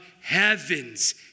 heaven's